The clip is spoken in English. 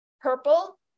purple